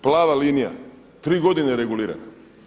Plava linija, tri godine regulirano.